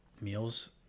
meals